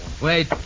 Wait